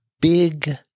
big